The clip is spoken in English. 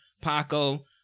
Paco